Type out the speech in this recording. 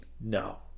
no